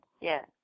Yes